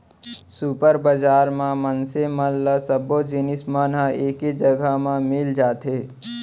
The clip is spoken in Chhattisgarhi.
सुपर बजार म मनसे मन ल सब्बो जिनिस मन ह एके जघा म मिल जाथे